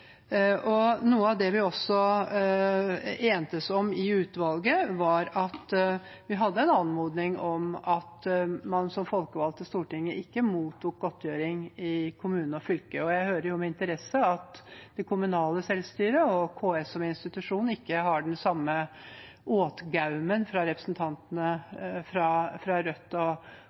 Noe av det vi også entes om i utvalget, var at vi hadde en anmodning om at man som folkevalgt til Stortinget ikke mottok godtgjøring i kommune og fylke, og jeg hører med interesse at det kommunale selvstyret og KS som institusjon ikke har den samme åtgaumen hos representantene fra Rødt